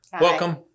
Welcome